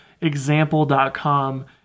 example.com